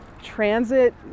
transit